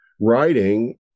writing